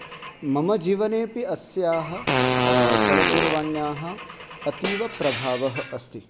मम जीवनेऽपि अस्याः चलदूरवाण्याः अतीवप्रभावः अस्ति